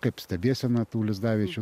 kaip stebėsena tų lizdaviečių